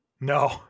No